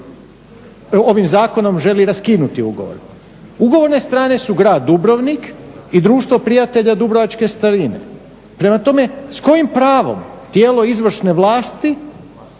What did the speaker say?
ovim zakonom želi raskinuti ugovor. Ugovorne strane su grad Dubrovnik i Društvo prijatelja Dubrovačke starine. Prema tome, s kojim pravom tijelo izvršne vlasti